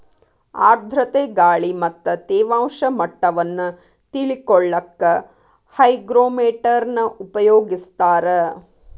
ಆರ್ಧ್ರತೆ ಗಾಳಿ ಮತ್ತ ತೇವಾಂಶ ಮಟ್ಟವನ್ನ ತಿಳಿಕೊಳ್ಳಕ್ಕ ಹೈಗ್ರೋಮೇಟರ್ ನ ಉಪಯೋಗಿಸ್ತಾರ